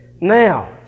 Now